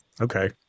Okay